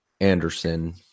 Anderson